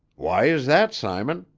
why is that, simon?